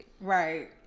Right